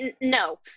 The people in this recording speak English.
no